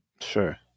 sure